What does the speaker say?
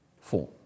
form